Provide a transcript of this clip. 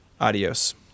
Adios